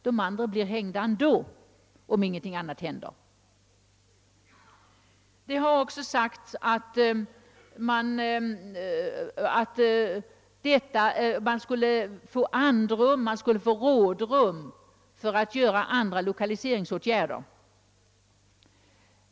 De andra blir hängda ändå, om ingenting annat händer. Det har också sagts, att man genom Vindelälvsbygget skulle få rådrum för att vidta andra lokaliseringsåtgärder.